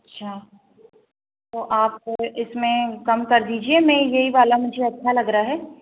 अच्छा तो आप इसमें कम कर दीजिये मैं यही वाला मुझे अच्छा लग रहा है